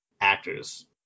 actors